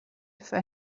für